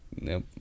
nope